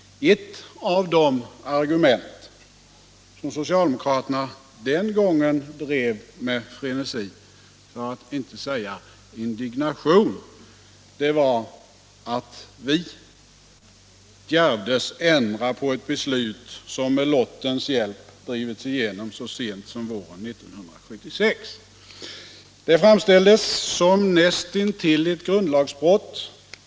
Ett av de argument som socialdemokraterna den gången drev med frenesi — för att inte säga indignation — var att vi djärvdes ändra på ett beslut, som med lottens hjälp drivits igenom så sent som våren 1976. Det framställdes som nästintill ett grundlagsbrott.